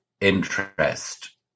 interest